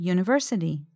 University